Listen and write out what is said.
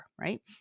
right